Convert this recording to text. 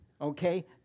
Okay